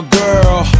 girl